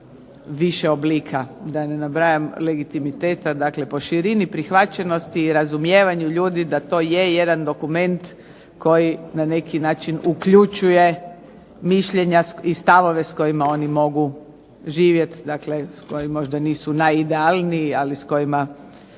više oblika legitimiteta, dakle po širini prihvaćenosti i razumijevanju ljudi da to je jedan dokument koji na neki način uključuje mišljenja i stavove s kojima oni mogu živjeti, dakle koji možda nisu najidealnije ali koje